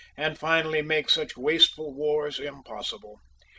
and finally make such wasteful wars impossible.